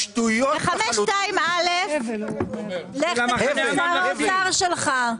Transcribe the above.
היית הולך לשר האוצר --- פשוט שטויות --- לך לשר האוצר שלך.